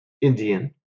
Indian